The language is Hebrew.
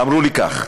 אמרו לי כך: